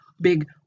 big